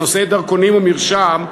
בנושאי דרכונים ומרשם,